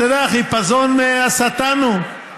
אתה יודע: החיפזון מהשטן הוא.